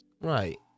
right